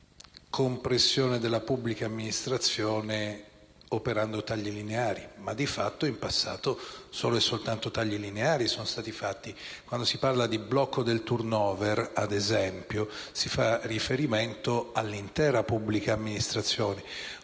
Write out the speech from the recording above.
una compressione della pubblica amministrazione operando tagli lineari. Ma, di fatto, in passato sono stati fatti solo e soltanto tagli lineari. Quando si parla di blocco del*turnover*, ad esempio, si fa riferimento all'intera pubblica amministrazione.